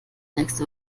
nächste